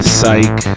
Psych